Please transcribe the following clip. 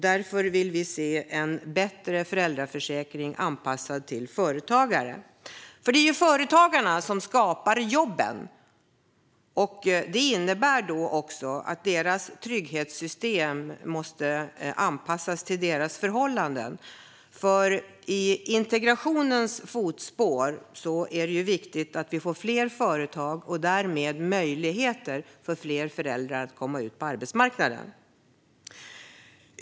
Därför vill vi se en bättre föräldraförsäkring anpassad till företagare, för det är ju företagarna som skapar jobben. Det innebär att deras trygghetssystem måste anpassas till deras förhållanden. I integrationens fotspår är det ju viktigt att vi får fler företag och därmed möjligheter för fler föräldrar att komma ut på arbetsmarknaden.